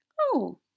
Oh